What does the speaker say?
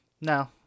No